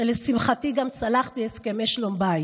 ולשמחתי גם צלחתי הסכמי שלום בית.